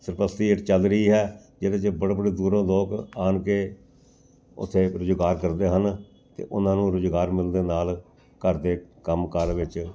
ਸਰਪ੍ਰਸਤੀ ਹੇਠ ਚੱਲ ਰਹੀ ਹੈ ਜਿਹਦੇ 'ਚ ਬੜੇ ਬੜੇ ਦੂਰੋਂ ਲੋਕ ਆਣ ਕੇ ਉੱਥੇ ਰੁਜ਼ਗਾਰ ਕਰਦੇ ਹਨ ਅਤੇ ਉਹਨਾਂ ਨੂੰ ਰੁਜ਼ਗਾਰ ਮਿਲਣ ਦੇ ਨਾਲ ਘਰ ਦੇ ਕੰਮ ਕਾਰ ਵਿੱਚ